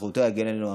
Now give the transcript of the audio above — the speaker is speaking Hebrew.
זכותו יגן עלינו,